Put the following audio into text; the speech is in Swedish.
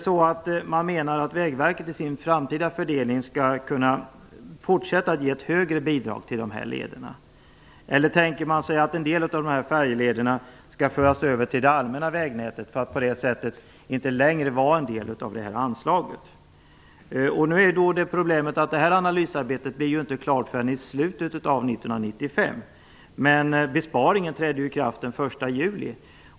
Menar man att Vägverket i sin framtida fördelning skall kunna fortsätta att ge ett högre bidrag till de här lederna, eller tänker man sig att en del av de här färjelederna skall föras över till det allmänna vägnätet för att på det sättet inte längre omfattas av det här anslaget? Problemet är att det här analysarbetet inte blir klart förrän i slutet av 1995, men besparingen träder i kraft den 1 juli.